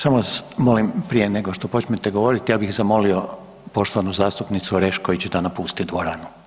Samo vas molim prije nego što počnete govoriti ja bih zamolio poštovanu zastupnicu Orešković da napusti dvoranu.